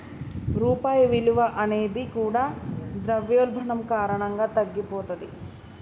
రూపాయి విలువ అనేది కూడా ద్రవ్యోల్బణం కారణంగా తగ్గిపోతది